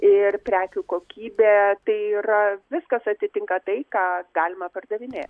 ir prekių kokybė tai yra viskas atitinka tai ką galima pardavinė